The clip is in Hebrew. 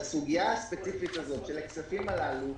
בסוגיה הספציפית הזו, של הכספים הללו,